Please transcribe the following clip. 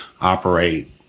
operate